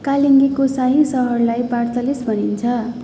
कालिङ्गेको शाही सहरलाई पार्थलिस भनिन्छ